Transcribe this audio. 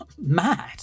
mad